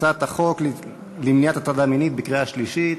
הצעת החוק למניעת הטרדה מינית (תיקון מס' 12) בקריאה שלישית?